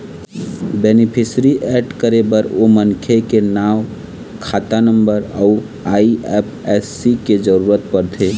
beneficiary add करे बर ओ मनखे के नांव, खाता नंबर अउ आई.एफ.एस.सी के जरूरत परथे